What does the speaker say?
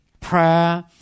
Prayer